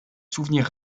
souvenirs